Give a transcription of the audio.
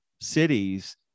cities